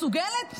מסוגלת?